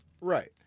Right